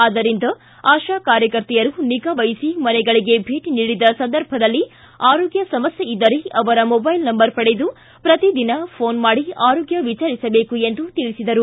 ಆದ್ದರಿಂದ ಆಶಾ ಕಾರ್ಯಕರ್ತೆಯರು ನಿಗಾವಹಿಸಿ ಮನೆಗಳಿಗೆ ಭೇಟಿ ನೀಡಿದ ಸಂದರ್ಭದಲ್ಲಿ ಆರೋಗ್ಡ ಸಮಸ್ಕೆ ಇದ್ದರೆ ಅವರ ಮೊಬೈಲ್ ನಂಬರ್ ಪಡೆದು ಪ್ರತಿದಿನ ಘೋನ್ ಮಾಡಿ ಆರೋಗ್ಡ ವಿಚಾರಿಸಬೇಕು ಎಂದು ತಿಳಿಸಿದರು